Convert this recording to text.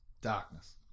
darkness